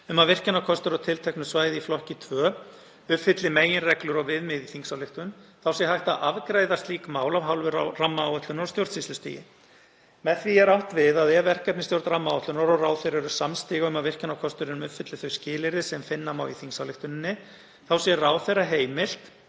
um að virkjunarkostur á tilteknu svæði í flokki 2 uppfylli meginreglur og viðmið í þingsályktuninni sé hægt að afgreiða slík mál af hálfu rammaáætlunar á stjórnsýslustigi. Með því er átt við að ef verkefnisstjórn rammaáætlunar og ráðherra eru samstiga um að virkjunarkosturinn uppfylli þau skilyrði sem finna má í þingsályktuninni sé ráðherra heimilt